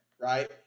right